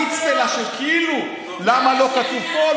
באצטלה של כאילו למה לא כתוב פה,